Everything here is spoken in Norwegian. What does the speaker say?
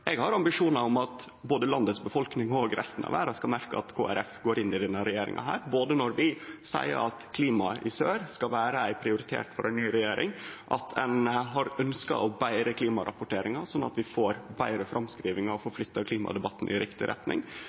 Eg har ambisjonar om at både landets befolkning og resten av verda skal merke at Kristeleg Folkeparti går inn i denne regjeringa, både når vi seier at klimaet i sør skal vere ein prioritet for ei ny regjering, og at ein har ønskt å betre klimarapporteringa, slik at vi får betre framskriving og får flytta klimadebatten i riktig retning.